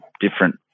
different